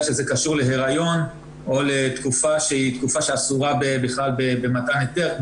שזה קשור להיריון או לתקופה שהיא תקופה שאסורה בכלל במתן היתר,